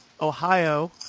Ohio